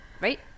right